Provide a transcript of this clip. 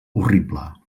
horrible